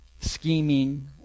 scheming